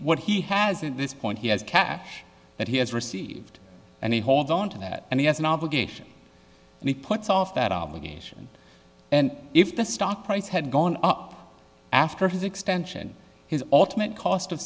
what he has in this point he has cash that he has received and he holds onto that and he has an obligation and he puts off that obligation and if the stock price had gone up after his extension his ultimate cost of